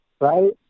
right